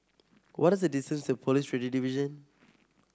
what the distance to Police Radio Division